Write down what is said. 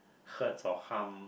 hurts or harm